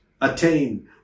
attain